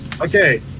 okay